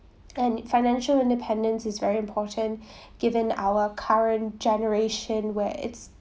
and financial independence is very important given our current generation where it's